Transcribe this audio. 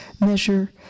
measure